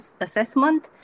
assessment